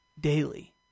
Daily